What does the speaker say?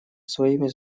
своими